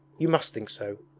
you must think so.